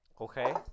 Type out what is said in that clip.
okay